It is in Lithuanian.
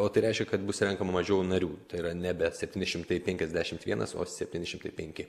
o tai reiškia kad bus renkama mažiau narių tai yra nebe septyni šimtai penkiasdešimt vienas o septyni šimtai penki